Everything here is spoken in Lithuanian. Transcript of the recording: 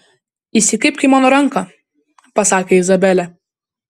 įsikibk į mano ranką pasakė izabelė